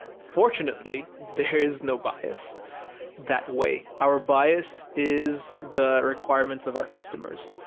fortunately, there is no bias that way. our bias is the requirements of our customers.